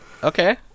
okay